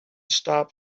stop